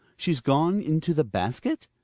she s gone into the basket?